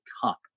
cup